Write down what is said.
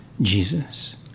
Jesus